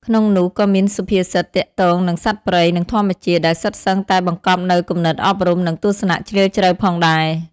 ក្នុងនោះក៏មានសុភាសិតទាក់ទងនឹងសត្វព្រៃ និងធម្មជាតិ ដែលសុទ្ធសឹងតែបង្កប់នូវគំនិតអប់រំ និងទស្សនៈជ្រាលជ្រៅផងដែរ។